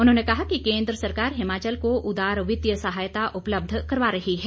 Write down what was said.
उन्होंने कहा कि केंद्र सरकार हिमाचल को उदार वित्तीय सहायता उपलब्ध करवा रही है